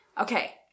Okay